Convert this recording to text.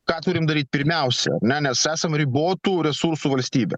ką turim daryt pirmiausia ar ne nes esam ribotų resursų valstybė